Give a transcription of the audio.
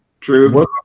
True